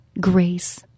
grace